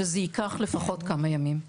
וזה ייקח לפחות כמה ימים.